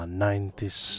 90s